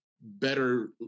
better